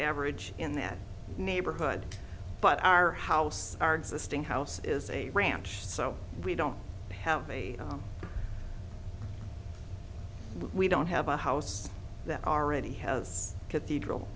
average in that neighborhood but our house our existing house is a ranch so we don't have a we don't have a house that already has cathedral